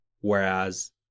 Whereas